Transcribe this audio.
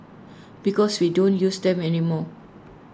because we don't use them anymore